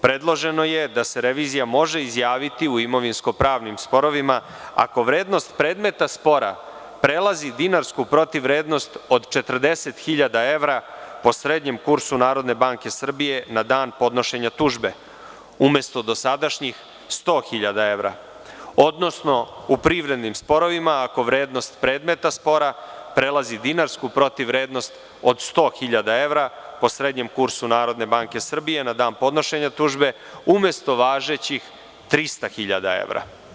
Predloženo je da se revizija može izjaviti u imovinsko-pravnim sporovima ako vrednost predmeta spora prelazi dinarsku protivvrednost od 40 hiljada evra po srednjem kursu Narodne banke Srbije na dan podnošenja tužbe, umesto dosadašnjih 100 hiljada evra, odnosno u privrednim sporovima, ako vrednost predmeta spora prelazi dinarsku protivvrednost od 100 hiljada evra po srednjem kursu Narodne banke Srbije na dan podnošenja tužbe, umesto važećih 300 hiljada evra.